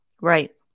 right